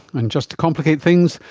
and just to complicate things,